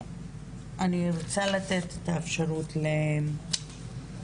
נתחיל עם מי שנמצא כאן, אורית